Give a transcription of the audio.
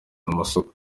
amasoko